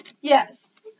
Yes